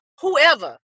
whoever